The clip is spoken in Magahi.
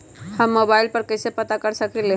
हम मोबाइल पर कईसे पता कर सकींले?